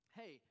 hey